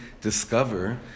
discover